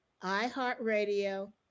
iHeartRadio